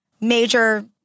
major